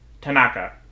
Tanaka